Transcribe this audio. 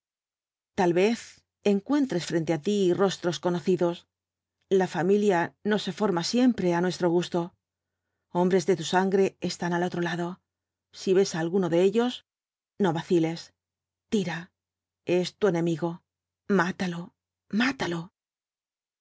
tal vez encuentres trente á ti rostros conocidos la familia no se forma siempre á nuestro gusto hombres de tu sangre están al otro ijado si ves á alguno de ellos no vaciles tira es tu enemigo mátalo mátalo